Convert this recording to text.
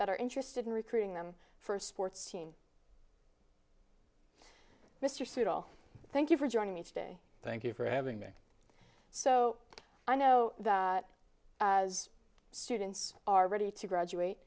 that are interested in recruiting them for a sports team mr siegel thank you for joining me today thank you for having me so i know that as students are ready to graduate